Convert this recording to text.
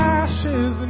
ashes